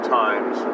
times